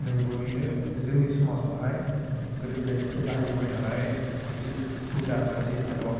नोंगुबैनो जोंनि समाजावहाय गोदो गोदायनिफ्राय बाहायबोबाय थानाय जि हुदा बा जि आदब